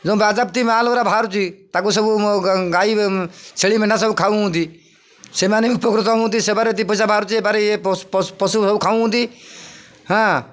ଯେଉଁ ବାଜ୍ୟାପ୍ତି ମାଲ ଗୁରା ବାହାରୁଛି ତାକୁ ସବୁ ଗାଈ ଛେଳି ମେଣ୍ଢା ସବୁ ଖାଉଛନ୍ତି ସେମାନେ ବି ଉପକୃତ ହୁଅନ୍ତି ସେବାରେ ଦୁଇ ପଇସା ବାହାରୁଛି ଏ ବାରେ ଏ ପଶୁ ସବୁ ଖାଉଛନ୍ତି ହଁ